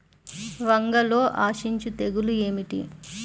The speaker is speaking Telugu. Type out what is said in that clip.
వంగలో ఆశించు తెగులు ఏమిటి?